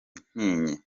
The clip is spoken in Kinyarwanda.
intinyi